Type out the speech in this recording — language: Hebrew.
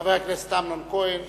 חבר הכנסת אמנון כהן,